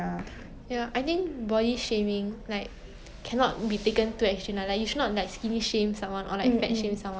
you know 不同 like different body size people always criticize the other body size people without really like understanding why that kind of thing